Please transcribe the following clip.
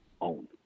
own